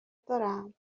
دارم